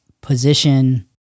position